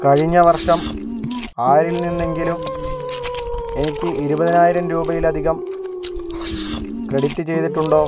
കഴിഞ്ഞ വർഷം ആരിൽ നിന്നെങ്കിലും എനിക്ക് ഇരുപതിനായിരം രൂപയിലധികം ക്രെഡിറ്റ് ചെയ്തിട്ടുണ്ടോ